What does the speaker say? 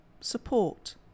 support